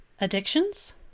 Addictions